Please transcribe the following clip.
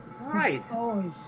Right